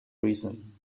reason